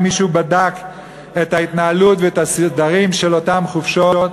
האם מישהו בדק את ההתנהלות ואת הסדרים של אותן חופשות?